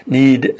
need